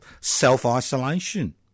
self-isolation